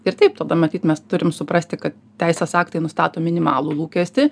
ir taip tada matyt mes turim suprasti kad teisės aktai nustato minimalų lūkestį